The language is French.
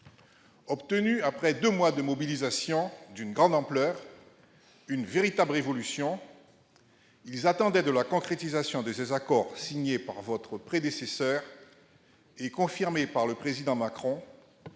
obtenus après deux mois de mobilisation d'une grande ampleur, une véritable révolution. Ils attendaient de la concrétisation de ces accords, signés par votre prédécesseur et confirmés par le Président Macron,